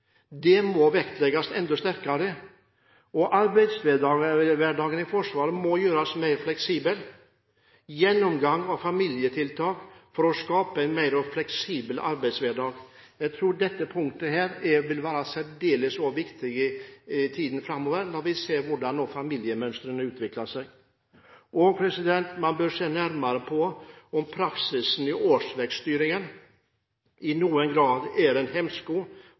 det må vektlegges enda sterkere. Arbeidshverdagen i Forsvaret må gjøres mer fleksibel. Det må være en gjennomgang av familietiltak for å skape en mer fleksibel arbeidshverdag. Jeg tror dette punktet vil være særdeles viktig i tiden framover, når vi ser hvordan familiemønstrene utvikler seg. Man bør se nærmere på om praksisen i årsverksstyringen i noen grad er en hemsko